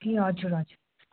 ए हजुर हजुर